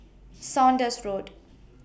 Saunders Road